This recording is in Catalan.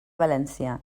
valència